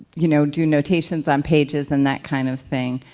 you know do notations on pages and that kind of thing.